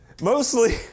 mostly